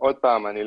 עוד פעם,